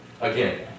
Again